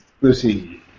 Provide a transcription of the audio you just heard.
Lucy